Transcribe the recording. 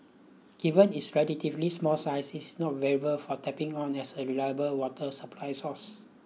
given its relatively small size it is not viable for tapping on as a reliable water supply source